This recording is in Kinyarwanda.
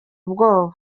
ubwoba